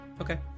Okay